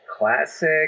classic